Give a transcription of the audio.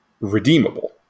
redeemable